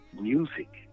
music